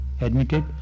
admitted